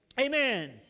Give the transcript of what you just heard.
Amen